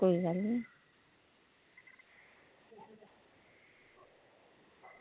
कोई गल्ल निं